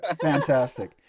fantastic